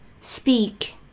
Speak